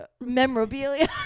Memorabilia